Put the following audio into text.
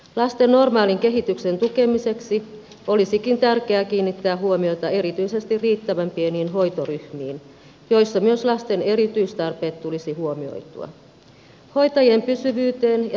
lasten normaalin kehityksen tukemiseksi olisikin tärkeää kiinnittää huomiota erityisesti riittävän pieniin hoitoryhmiin joissa myös lasten erityistarpeet tulisi huomioitua hoitajien pysyvyyteen ja päivähoitopäivien pituuteen